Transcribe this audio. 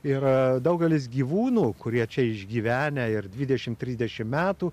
ir daugelis gyvūnų kurie čia išgyvenę ir dvidešimt trisdešimt metų